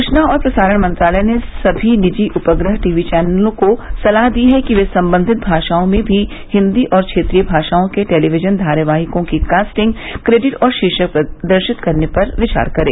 सूचना और प्रसारण मंत्रालय ने सभी निजी उपग्रह टीवी चौनलों को सलाह दी है कि वे संबंधित भाषाओं में भी हिंदी और क्षेत्रीय भाषाओं के टेलीविजन धारावाहिकों की कास्टिंग क्रेडिट और शीर्षक प्रदर्शित करने पर विचार करें